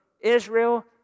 Israel